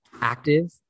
active